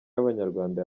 y’abanyarwanda